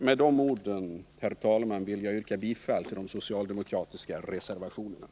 Med dessa ord, herr talman, vill jag yrka bifall till de socialdemokratiska reservationerna.